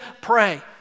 pray